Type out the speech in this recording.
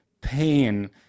pain